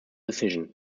decision